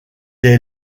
est